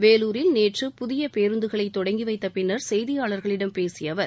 வேலூரில் நேற்று புதியப் பேருந்துகளை தொடங்கி வைத்த பின்னர் செய்தியாளர்களிடம் பேசிய அவர்